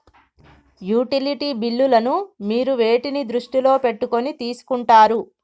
Utility బిల్లులను మీరు వేటిని దృష్టిలో పెట్టుకొని తీసుకుంటారు?